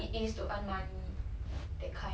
oh 讲到这样